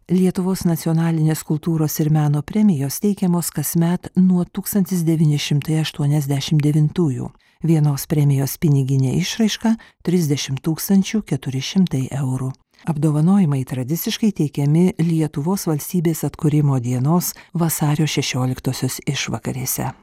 lietuvos nacionalinės kultūros ir meno premijos teikiamos kasmet nuo tūkstantis devyni šimtai aštuoniasdešimt devintųjų vienos premijos piniginė išraiška trisdešimt tūkstančių keturi šimtai eurų apdovanojimai tradiciškai įteikiami lietuvos valstybės atkūrimo dienos vasario šešioliktosios išvakarėse